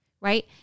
right